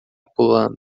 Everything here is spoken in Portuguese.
pulando